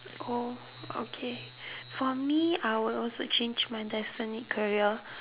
oh okay for me I will also change my destined career